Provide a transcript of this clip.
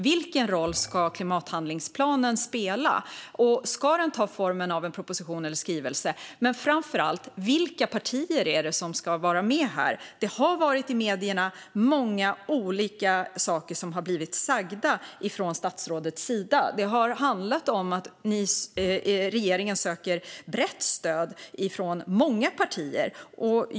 Vilken roll ska klimathandlingsplanen spela, och ska den ta formen av en proposition eller en skrivelse? Framför allt: Vilka partier är det som ska vara med här? Många olika saker har blivit sagda från statsrådets sida i medierna. Det har handlat om att regeringen söker brett stöd från många partier.